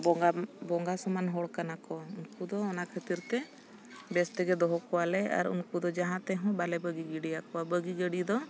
ᱵᱚᱸᱜᱟ ᱵᱚᱸᱜᱟ ᱥᱚᱢᱟᱱ ᱦᱚᱲ ᱠᱟᱱᱟ ᱠᱚ ᱩᱱᱠᱩ ᱫᱚ ᱚᱱᱟ ᱠᱷᱟᱹᱛᱤᱨ ᱛᱮ ᱵᱮᱥ ᱛᱮᱜᱮ ᱫᱚᱦᱚ ᱠᱚᱣᱟᱞᱮ ᱟᱨ ᱩᱱᱠᱩ ᱫᱚ ᱡᱟᱦᱟᱸ ᱛᱮᱦᱚᱸ ᱵᱟᱞᱮ ᱵᱟᱹᱜᱤ ᱜᱤᱰᱤᱭᱟ ᱠᱚᱣᱟ ᱵᱟᱹᱜᱤ ᱜᱤᱰᱤ ᱫᱚ